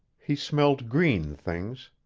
he smelled green things.